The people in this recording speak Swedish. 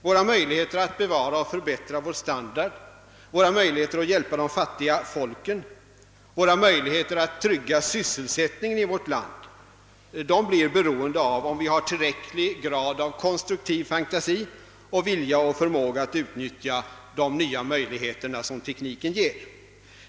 Våra möjligheter att bevara och förbättra vår standard, våra möjligheter att hjälpa de fattiga folken, våra möjligheter att trygga sysselsättningen i vårt land blir beroende av om vi har tillräcklig grad av konstruktiv fantasi och vilja och förmåga att utnyttja de nya möjligheter som den tekniska utvecklingen ger.